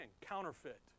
Counterfeit